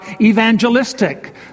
evangelistic